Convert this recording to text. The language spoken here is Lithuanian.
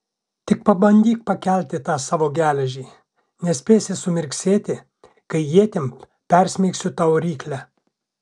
tik pabandyk pakelti tą savo geležį nespėsi sumirksėti kai ietim persmeigsiu tau ryklę